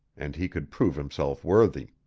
and he could prove himself worthy.